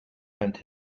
and